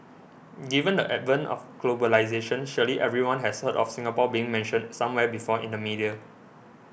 given the advent of globalisation surely everyone has heard of Singapore being mentioned somewhere before in the media